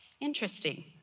Interesting